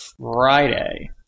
Friday